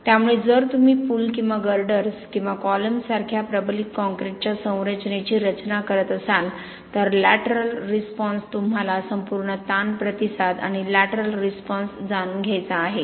त्यामुळे जर तुम्ही पुल किंवा गर्डर्स किंवा कॉलम्स सारख्या प्रबलित काँक्रीटच्या संरचनेची रचना करत असाल तर लॅटरल रिस्पॉन्स तुम्हाला संपूर्ण ताण प्रतिसाद आणि लॅटरल रिस्पॉन्स जाणून घ्यायचा आहे